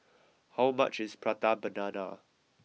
how much is Prata banana